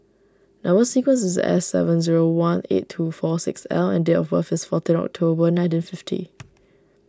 Number Sequence is S seven zero one eight two four six L and date of birth is fourteen October nineteen fifty